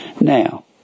Now